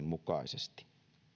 mukaisesti